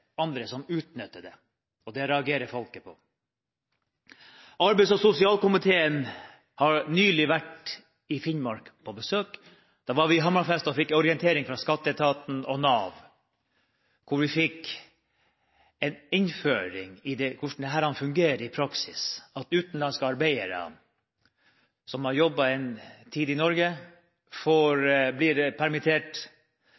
andre utnytter dette, og det reagerer folk på. Arbeids- og sosialkomiteen var nylig på besøk i Finnmark, og da var vi i Hammerfest og fikk en orientering fra skatteetaten og Nav. Vi fikk en innføring i hvordan dette fungerer i praksis, at utenlandske arbeidere som har jobbet en tid i Norge,